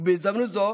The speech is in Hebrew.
ובהזדמנות זו,